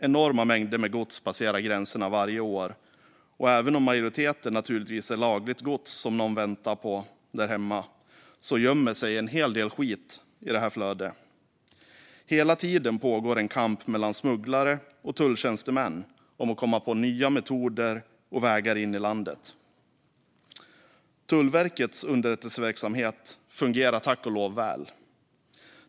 Enorma mängder gods passerar gränserna varje år, och även om majoriteten är lagligt gods som någon väntar på där hemma gömmer sig en hel del skit i flödet. Hela tiden pågår en kamp mellan smugglare och tulltjänstemän om att komma på nya metoder och vägar in i landet. Tullverkets underrättelseverksamhet fungerar tack och lov väl.